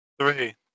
Three